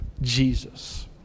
Jesus